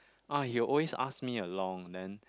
ah he'll always ask me along then